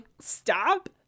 stop